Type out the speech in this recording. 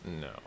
no